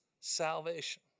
salvation